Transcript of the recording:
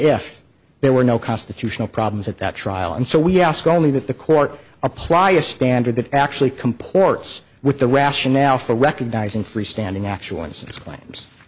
if there were no constitutional problems at that trial and so we ask only that the court apply a standard that actually comports with the rationale for recognizing freestanding actual innocence cla